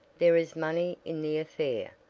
there is money in the affair,